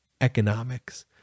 economics